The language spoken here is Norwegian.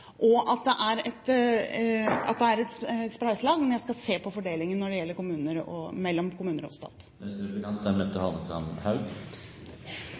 og at det er et spleiselag. Men jeg skal se på fordelingen mellom kommuner og stat. Jeg er